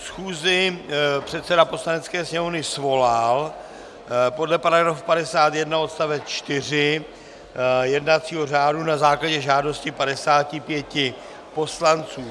Schůzi předseda Poslanecké sněmovny svolal podle § 51 odst. 4 jednacího řádu na základě žádosti 55 poslanců.